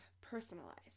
personalized